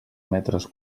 metres